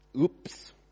Oops